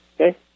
Okay